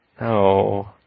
No